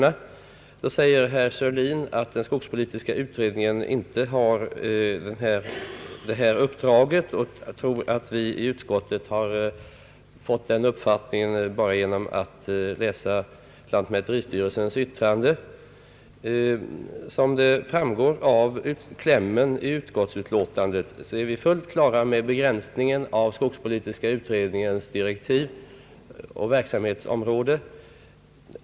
Herr Sörlin sade att den här frågan inte ingår i skogspolitiska utredningens uppdrag, och han trodde att utskottsmajoriteten har fått sin uppfattning bara genom att läsa lantmäteristyrelsens yttrande. Som framgår av klämmen i utskottsutlåtandet är vi fullt på det klara med begränsningen av utredningens direktiv och verksamhetsområde.